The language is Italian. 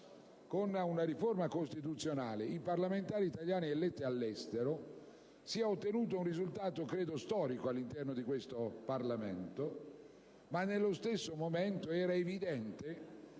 con una riforma costituzionale, i parlamentari italiani eletti all'estero, si è ottenuto un risultato credo storico all'interno di questo Parlamento, ma nello stesso momento era evidente